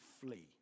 flee